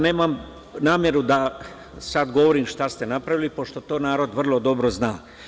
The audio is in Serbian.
Nemam nameru da sada govorim šta ste napravili, pošto to narod vrlo dobro zna.